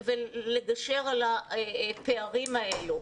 ולגשר על הפערים האלה.